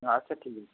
আচ্ছা ঠিক আছে